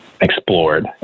explored